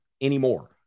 anymore